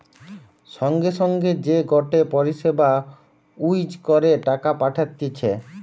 সঙ্গে সঙ্গে যে গটে পরিষেবা ইউজ করে টাকা পাঠতিছে